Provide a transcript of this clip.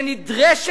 כשנדרשים